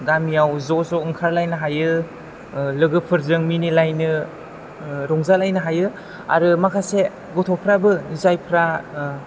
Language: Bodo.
गामियाव ज' ज' ओंखारलायनो हायो लोगोफोरजों मिनिलायनो रंजालायनो हायो आरो माखासे गथ'फ्राबो जायफ्रा